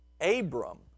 Abram